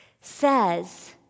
says